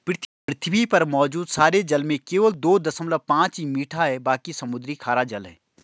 पृथ्वी पर मौजूद सारे जल में केवल दो दशमलव पांच ही मीठा है बाकी समुद्री खारा जल है